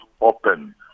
open